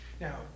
Now